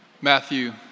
Matthew